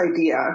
idea